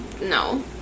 No